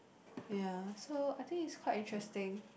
ya so I think is quite interesting